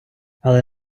але